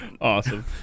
Awesome